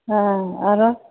हाँ आरो